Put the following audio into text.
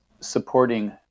supporting